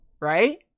right